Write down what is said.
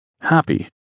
Happy